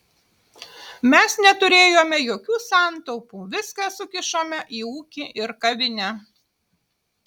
mes neturėjome jokių santaupų viską sukišome į ūkį ir kavinę